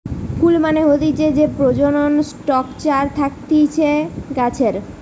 ফুল মানে হতিছে যে প্রজনন স্ট্রাকচার থাকতিছে গাছের